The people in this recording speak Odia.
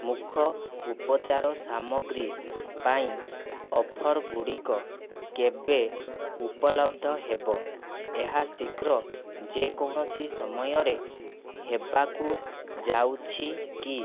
ମୁୁଖ ଉପଚାର ସାମଗ୍ରୀ ପାଇଁ ଅଫର୍ଗୁଡ଼ିକ କେବେ ଉପଲବ୍ଧ ହେବ ଏହା ଶୀଘ୍ର ଯେକୌଣସି ସମୟରେ ହେବାକୁ ଯାଉଛି କି